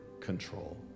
control